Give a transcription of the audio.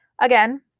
again